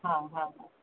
हा हा हा